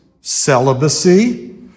celibacy